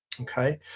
okay